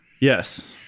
yes